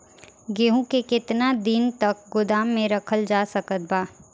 गेहूँ के केतना दिन तक गोदाम मे रखल जा सकत बा?